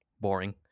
boring